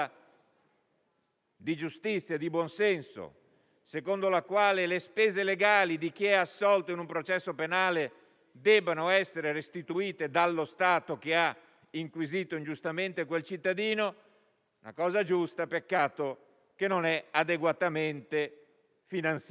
di giustizia e di buon senso, secondo la quale le spese legali di chi è assolto in un processo penale debbano essere restituite dallo Stato che ha inquisito ingiustamente quel cittadino - non sia adeguatamente finanziata.